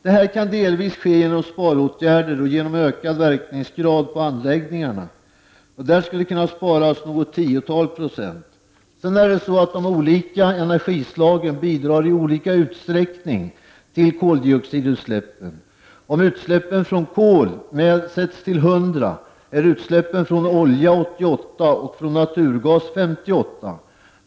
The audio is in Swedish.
Detta kan delvis ske genom sparåtgärder och genom ökad verkningsgrad på anläggningarna; där skulle kunna sparas något tiotal procent. Vidare är det så att de olika energislagen i olika utsträckning bidrar till koldioxidutsläppen. Om utsläppen från kol sätts till 100 är utsläppen från olja 88 och från naturgas 58.